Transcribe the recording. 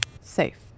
Safe